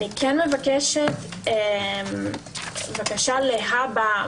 אני כן מבקשת בקשה להבא,